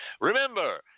Remember